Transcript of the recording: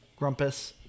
Grumpus